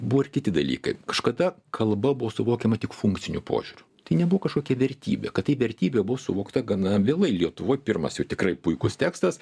buvo ir kiti dalykai kažkada kalba buvo suvokiama tik funkciniu požiūriu tai nebuvo kažkokia vertybė kad tai vertybė buvo suvokta gana vėlai lietuvoj pirmas jau tikrai puikus tekstas